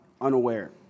unaware